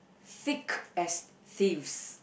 thick as thieves